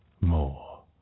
more